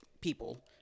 people